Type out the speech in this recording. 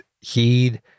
Heed